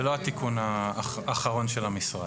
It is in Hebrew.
ללא התיקון האחרון של המשרד.